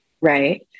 right